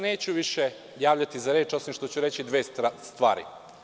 Neću se više javljati za reč, osim što ću reći dve stvari.